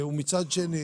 ומצד שני,